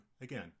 again